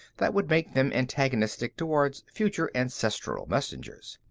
that would make them antagonistic toward future ancestral messengers.